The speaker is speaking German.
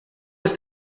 ist